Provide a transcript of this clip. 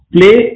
Play